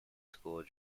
score